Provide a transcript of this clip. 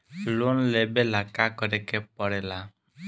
Loan लेबे ला का करे के पड़े ला?